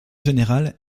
général